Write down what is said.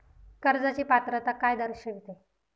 कर्जाची पात्रता काय दर्शविते?